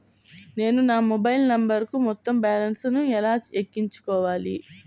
నేను నా మొబైల్ నంబరుకు మొత్తం బాలన్స్ ను ఎలా ఎక్కించుకోవాలి?